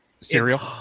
Cereal